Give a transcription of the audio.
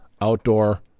outdoor